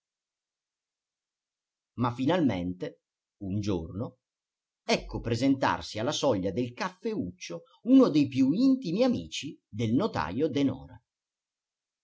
ma finalmente un giorno ecco presentarsi alla soglia del caffeuccio uno dei più intimi amici del notajo denora